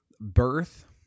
birth